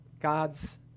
God's